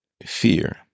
fear